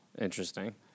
Interesting